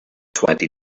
twenty